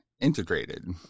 integrated